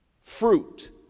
fruit